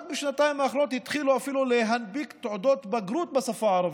רק בשנתיים האחרונות התחילו אפילו להנפיק תעודות בגרות בשפה הערבית,